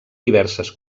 diverses